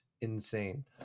insane